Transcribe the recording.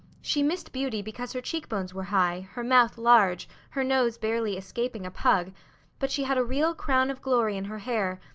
she missed beauty because her cheekbones were high, her mouth large, her nose barely escaping a pug but she had a real crown of glory in her hair,